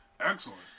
excellent